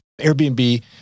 Airbnb